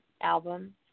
album